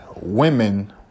women